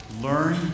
learn